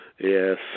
Yes